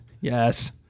Yes